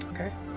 Okay